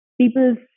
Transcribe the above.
people's